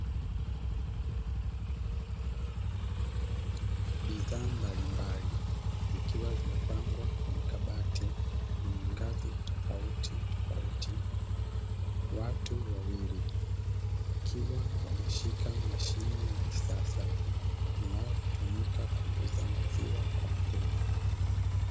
Bidhaa mbalimbali zikiwa zimepangwa kwenye kabati yenye ngazi tofautitofauti, watu wawil wakiwa wameshika mashine ya kisasa inayotumika kuuza maziwa kwa mteja.